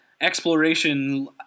exploration